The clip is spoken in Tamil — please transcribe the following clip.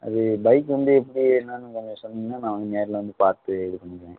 அது பைக் வந்து எப்படி என்னென்னு கொஞ்சம் சொன்னீங்கன்னால் நான் வந்து நேரில் வந்து பார்த்து இது பண்ணிக்குவேன்